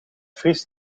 vriest